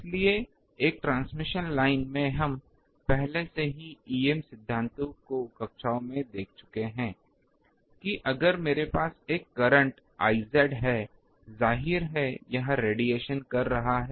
इसलिए एक transmission line में हम पहले से ही EM सिद्धांत को कक्षाओं में देख चुके हैं कि अगर मेरे पास एक करंट I है जाहिर है यहां रेडिएशन कर रहा है